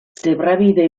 zebrabide